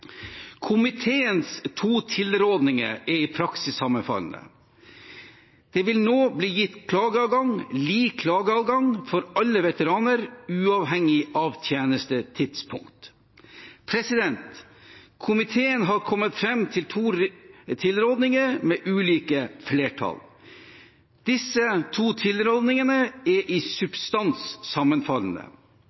Komiteens to tilrådinger er i praksis sammenfallende. Det vil nå bli gitt lik klageadgang for alle veteraner, uavhengig av tjenestetidspunkt. Komiteen har kommet fram til to tilrådinger med ulike flertall. Disse to tilrådingene er i substans sammenfallende.